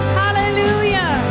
hallelujah